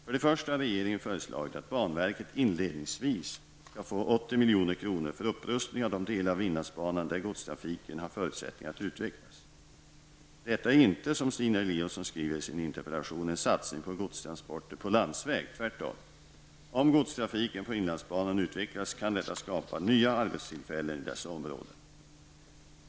För det första har regeringen föreslagit att banverket inledningsvis skall få 80 milj.kr. för upprustning av de delar av inlandsbanan där godstrafiken har förutsättningar att utvecklas. Detta är inte, som Stina Eliasson skriver i sin interpellation, en satsning på godstransporter på landsväg, tvärtom. Om godstrafiken på inlandsbanan utvecklas kan detta skapa nya arbetstillfällen i dessa områden.